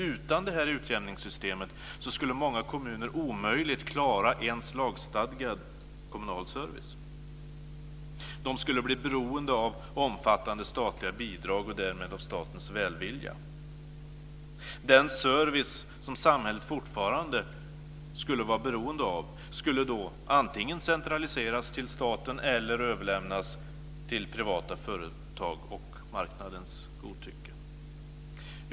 Utan det här utjämningssystemet skulle många kommuner omöjligt klara ens lagstadgad kommunal service. De skulle bli beroende av omfattande statliga bidrag och därmed av statens välvilja. Den service som samhället fortfarande skulle vara beroende av skulle då antingen centraliseras till staten eller överlämnas till privata företag och marknadens godtycke.